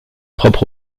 propres